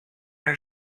her